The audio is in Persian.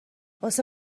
واسه